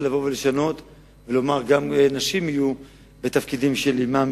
מה הוא הליך ההיוועצות שנעשה ואילו שיקולים הביאו לקבלת ההחלטה?